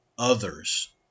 Others